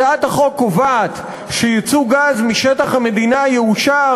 הצעת החוק קובעת שייצוא גז משטח המדינה יאושר